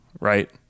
right